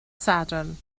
sadwrn